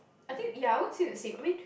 I think ya I would say the same I mean